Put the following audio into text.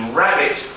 rabbit